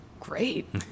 Great